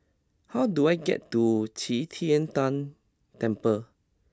how do I get to Qi Tian Tan Temple